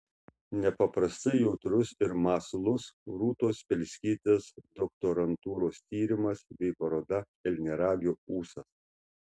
nepaprastai jautrus ir mąslus rūtos spelskytės doktorantūros tyrimas bei paroda elniaragio ūsas